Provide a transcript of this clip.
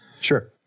Sure